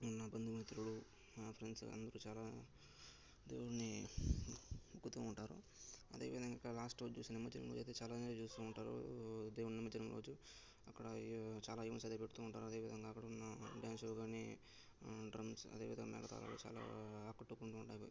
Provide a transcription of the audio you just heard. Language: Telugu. ఉన్న బంధుమిత్రులు ఫ్రెండ్స్ అందరూ చాలా దేవుణ్ణి మొక్కుతూ ఉంటారు అదేవిధంగా ఇంకా లాస్ట్ రోజు చూస్తే నిమజ్జనం రోజు చాలానే చేస్తూ ఉంటారు దేవుని నిమజ్జనం రోజు అక్కడ చాలా మంది వచ్చి పెడుతూ ఉంటారు అదేవిధంగా అక్కడున్న డ్యాన్స్ షో కాని డ్రమ్స్ అదేవిధంగా మేళతాళాలు చాలా ఆకట్టుకుంటూ ఉంటాయి